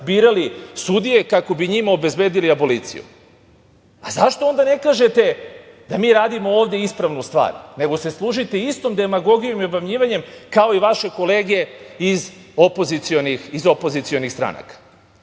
birali sudije, kako bi njima obezbedili aboliciju. Zašto onda ne kažete da mi radimo ovde ispravnu stvar, nego se služite istom demagogijom i obmanjivanjem, kao i vaše kolege iz opozicionih stranaka?